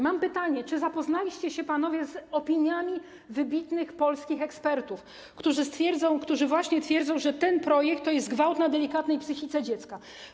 Mam pytanie, czy zapoznaliście się, panowie, z opiniami wybitnych polskich ekspertów, którzy właśnie twierdzą, że ten projekt to jest gwałt na delikatnej psychice dziecka.